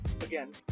again